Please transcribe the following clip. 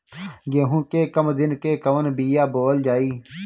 गेहूं के कम दिन के कवन बीआ बोअल जाई?